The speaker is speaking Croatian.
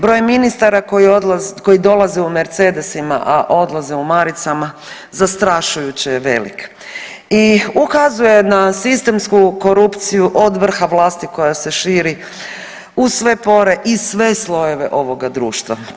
Broj ministara koji dolaze u Mercedesima, a odlaze u maricama zastrašujuće je velik i ukazuje na sistemsku korupciju od vrha vlasti koja se širi u sve pore i sve slojeve ovoga društva.